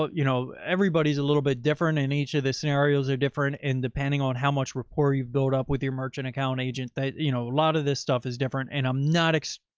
you know, everybody's a little bit different in each of the scenarios are different. and depending on how much rapport you've built up with your merchant account agent that, you know, a lot of this stuff is different and i'm not excited.